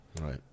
Right